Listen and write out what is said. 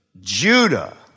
Judah